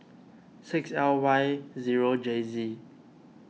six L Y zero J Z